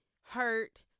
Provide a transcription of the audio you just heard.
hurt